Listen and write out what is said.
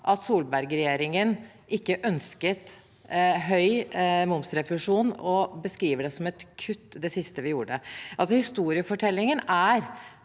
at Solbergregjeringen ikke ønsket høy momsrefusjon, og beskriver det siste vi gjorde, som et kutt. Historiefortellingen er